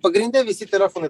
pagrinde visi telefonai